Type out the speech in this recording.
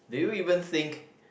do you even think